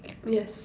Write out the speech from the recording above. yes